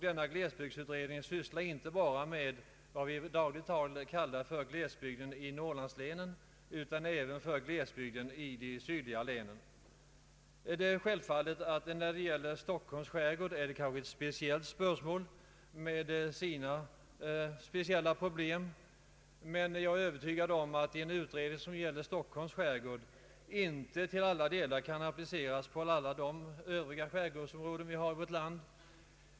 Denna utredning sysslar inte bara med vad vi i dagligt tal kallar för glesbygden i Norrlandslänen utan även med glesbygden i de sydligare länen. När det gäller Stockholms skärgård finns det kanske speciella problem, men jag är övertygad om att en utredning som gäller Stockholms skärgård inte till alla delar kan appliceras på alla övriga skärgårdsområden i vårt land.